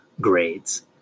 grades